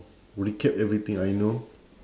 recap everything I know